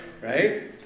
right